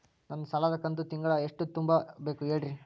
ನನ್ನ ಸಾಲದ ಕಂತು ತಿಂಗಳ ಎಷ್ಟ ತುಂಬಬೇಕು ಹೇಳ್ರಿ?